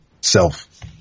self –